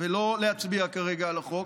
ולא להצביע כרגע על החוק,